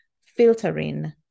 filtering